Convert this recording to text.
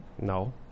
No